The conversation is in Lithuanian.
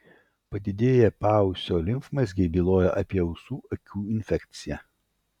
padidėję paausio limfmazgiai byloja apie ausų akių infekciją